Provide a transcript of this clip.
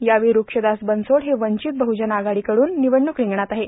यावेळी रूक्षदास बनसोड हे वंचित बहुजन आघाडीकडून निवडणूक रिंगणात आहेत